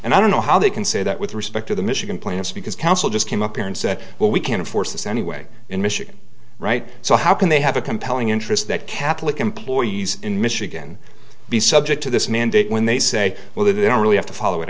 and i don't know how they can say that with respect to the michigan plaintiffs because counsel just came up here and said well we can't force this anyway in michigan right so how can they have a compelling interest that catholic employees in michigan be subject to this mandate when they say well they don't really have to follow it